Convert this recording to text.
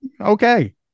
okay